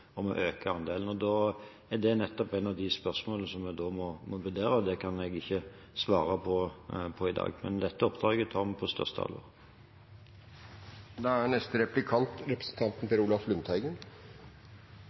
om å øke andelen. Det er nettopp et av de spørsmålene som vi må vurdere. Det kan jeg ikke svare på i dag, men dette oppdraget tar vi på største alvor. Statsråden prater pent om ideelle organisasjoner, og det er